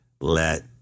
let